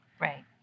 Right